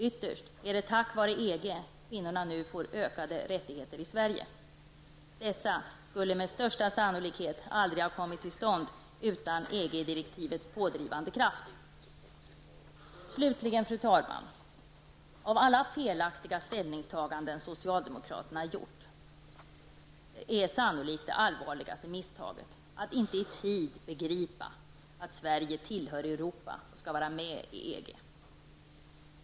Ytterst är det tack vare EG som kvinnorna får ökade rättigheter i Sverige. Dessa skulle med största sannolikhet aldrig ha kommit till stånd utan EG-direktivets pådrivande kraft. Slutligen, fru talman! Av alla felaktiga ställningstaganden som socialdemokraterna gjort är sannolikt det allvarligaste misstaget att man inte i tid har begripit att Sverige tillhör Europa och skall vara med i EG.